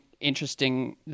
interesting